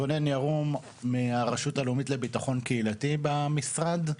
גונן ירון, מהרשות הלאומית לביטחון קהילתי במשרד,